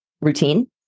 routine